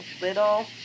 little